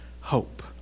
hope